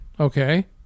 Okay